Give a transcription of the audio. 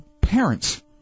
Parents